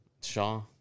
Shaw